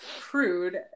crude